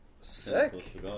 Sick